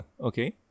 okay